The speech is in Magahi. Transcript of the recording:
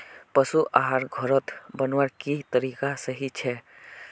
पशु आहार घोरोत बनवार की तरीका सही छे?